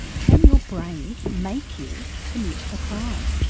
can your brain make you commit a crime?